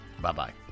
Bye-bye